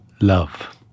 love